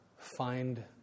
Find